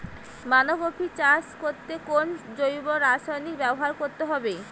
বাঁধাকপি চাষ করতে কোন জৈব রাসায়নিক ব্যবহার করতে হবে?